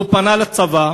הוא פנה לצבא.